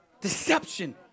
Deception